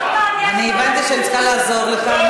ואפילו שומעים לך.